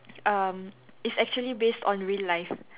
um it's actually based on real life